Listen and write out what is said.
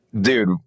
dude